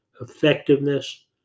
effectiveness